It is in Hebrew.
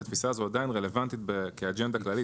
והתפיסה הזאת עדיין רלוונטית כאג'נדה כללית,